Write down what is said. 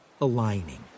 aligning